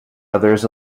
others